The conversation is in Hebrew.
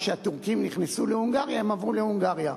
וכשהטורקים נכנסו להונגריה הם עברו להונגריה,